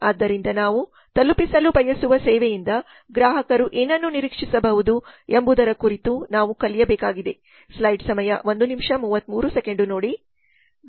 ಆದ್ದರಿಂದ ನಾವು ತಲುಪಿಸಲು ಬಯಸುವ ಸೇವೆಯಿಂದ ಗ್ರಾಹಕರು ಏನನ್ನು ನಿರೀಕ್ಷಿಸಬಹುದು ಎಂಬುದರ ಕುರಿತು ನಾವು ಕಲಿಯಬೇಕಾಗಿದೆ